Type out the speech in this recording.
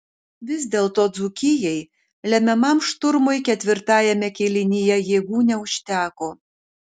vis dėlto dzūkijai lemiamam šturmui ketvirtajame kėlinyje jėgų neužteko